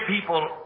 people